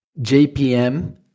JPM